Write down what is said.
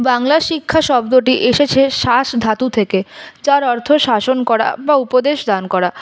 বাংলা শিক্ষা শব্দটি এসেছে শাস ধাতু থেকে যার অর্থ শাসন করা বা উপদেশ দান করা